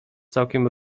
całkiem